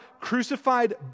crucified